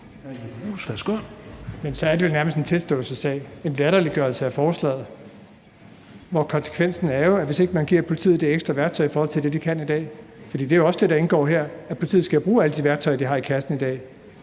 så er det vel nærmest en tilståelsessag, en latterliggørelse af forslaget, hvor konsekvensen jo er, at hvis ikke man giver politiet det ekstra værktøj i forhold til det, de kan i dag – for det er jo også det, der indgår her, nemlig at politiet skal bruge alle de værktøjer, de har i kassen, i dag,